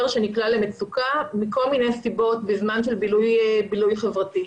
שנקלע למצוקה מכל מיני סיבות בזמן של בילוי חברתי.